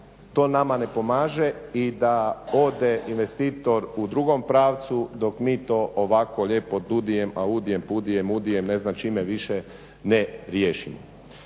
to nama ne pomaže i da ode investitor u drugom pravcu dok mi to ovako lijepo DUDI-jem, AUDI-jem, pudijem, mudijem, ne znam čime više ne riješimo.